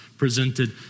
presented